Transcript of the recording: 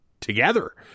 together